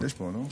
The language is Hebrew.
יש פה, לא?